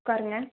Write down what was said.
உட்காருங்க